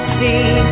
see